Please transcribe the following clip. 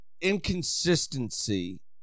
inconsistency